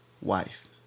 wife